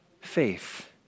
faith